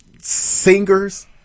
singers